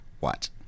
Watch